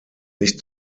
nicht